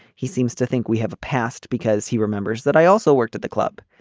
he seems to think we have a past because he remembers that. i also worked at the club.